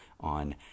on